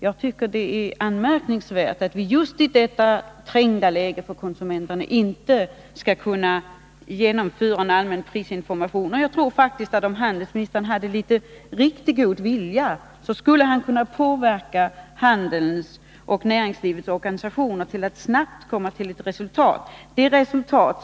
Jag tycker det är anmärkningsvärt att vi i detta trängda läge för konsumenterna inte kan genomföra en allmän prisinformation. Om handelsministern hade litet god vilja skulle han kunna få handelns och näringslivets organisationer att snabbt komma till ett resultat.